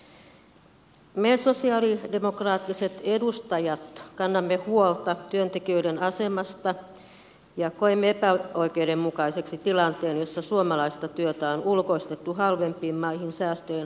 me sosialidemokraattiset edustajat kannamme huolta työntekijöiden asemasta ja koemme epäoikeudenmukaiseksi tilanteen jossa suomalaista työtä on ulkoistettu halvempiin maihin säästöjen hankkimiseksi